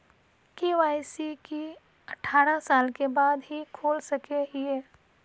KYC की अठारह साल के बाद ही खोल सके हिये?